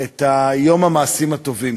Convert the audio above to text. את יום המעשים הטובים,